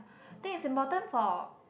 think is important for